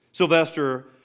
Sylvester